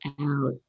out